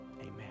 Amen